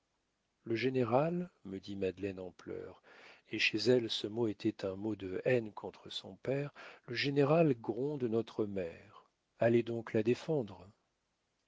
le général me dit madeleine en pleurs et chez elle ce mot était un mot de haine contre son père le général gronde notre mère allez donc la défendre